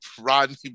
rodney